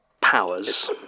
powers